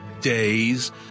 days